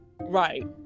Right